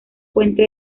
puente